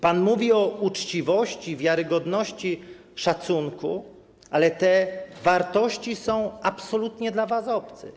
Pan mówi o uczciwości, wiarygodności, szacunku, ale te wartości są absolutnie dla was obce.